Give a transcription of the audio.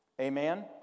Amen